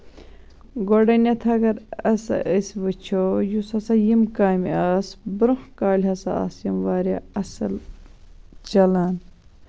گوڈٕنیتھ اَگر ہسا أسۍ وٕچھو یُس ہسا یِم کامہِ آسہٕ برونہہ کالہِ ہسا آسہٕ یِم واریاہ اَصٕل چلان